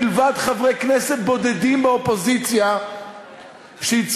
מלבד חברי כנסת בודדים באופוזיציה שהצליחו,